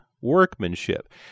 workmanship